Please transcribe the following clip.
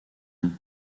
nom